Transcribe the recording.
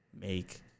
make